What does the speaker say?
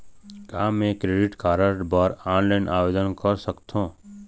का मैं credit card बर ऑनलाइन आवेदन कर सकथों?